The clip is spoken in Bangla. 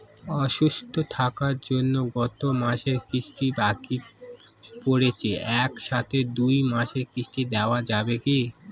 অসুস্থ থাকার জন্য গত মাসের কিস্তি বাকি পরেছে এক সাথে দুই মাসের কিস্তি দেওয়া যাবে কি?